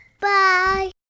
Bye